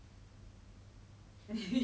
it will be nice